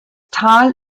tal